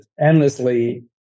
endlessly